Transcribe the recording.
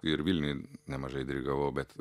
ir vilniuj nemažai dirigavau bet